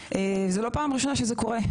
וזו לא הפעם הראשונה שזה קורה.